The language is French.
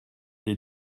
des